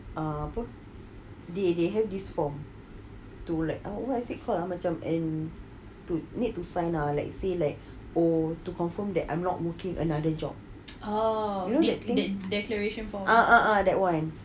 uh apa they they have this form to let uh what does it call ah macam and need to sign ah let's say like oh to confirm that I'm not working another job you know that thing ah ah ah that [one]